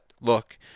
Look